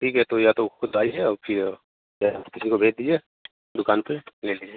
ठीक है तो या तो खुद आइए आप या या और किसी को भेज दीजिए दुकान पर ले लीजिए